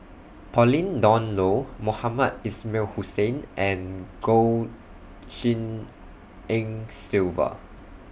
Pauline Dawn Loh Mohamed Ismail Hussain and Goh Tshin En Sylvia